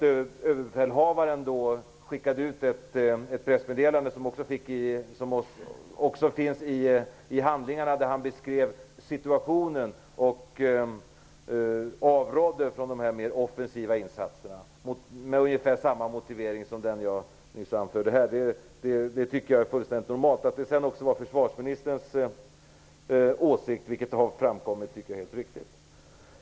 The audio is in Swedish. Överbefälhavaren skickade ut ett pressmeddelande, som också finns i handlingarna, där han beskrev situationen och avrådde från de mer offensiva insatserna med ungefär samma motivering som den jag nyss anförde här. Det tycker jag är fullständigt normalt. Att det sedan också var försvarsministerns åsikt, vilket har framkommit, tycker jag är helt riktigt.